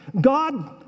God